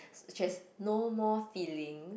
she has no more feeling